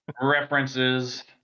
references